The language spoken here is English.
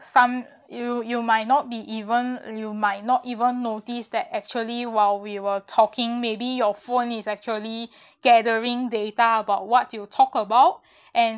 some you you might not be even you might not even notice that actually while we were talking maybe your phone is actually gathering data about what you talk about and